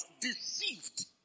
deceived